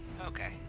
Okay